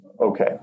Okay